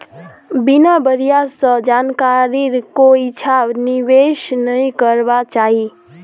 बिना बढ़िया स जानकारीर कोइछा निवेश नइ करबा चाई